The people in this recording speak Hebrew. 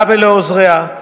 לה ולעוזריה,